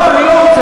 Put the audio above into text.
לא, אני לא רוצה.